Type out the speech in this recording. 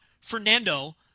Fernando